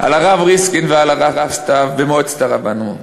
על הרב ריסקין ועל הרב סתיו במועצת הרבנות?